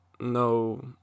no